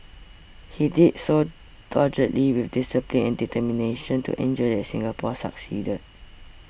he did so doggedly with discipline and determination to ensure that Singapore succeeded